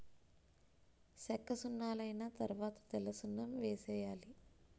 సెక్కసున్నలైన తరవాత తెల్లసున్నం వేసేయాలి